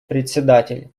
председатель